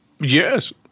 Yes